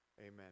amen